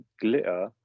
glitter